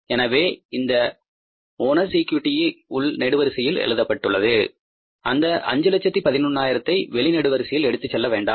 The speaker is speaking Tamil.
எனவே இந்த ஓனர்ஸ் ஈகியூட்டிOwners equity உள் நெடுவரிசையில் எழுதப்பட்டுள்ளது அந்த 511000 ஐ வெளி நெடுவரிசைக்கு எடுத்துச் செல்ல வேண்டாம்